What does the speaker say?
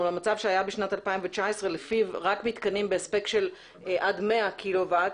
למצב שהיה בשנת 2019 שלפיו רק מתקנים בהספק של 100 קילוואט